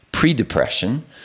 pre-depression